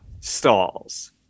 stalls